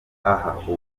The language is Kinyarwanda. aha